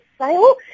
sale